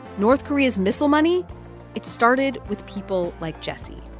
north korea's missile money it started with people like jessie.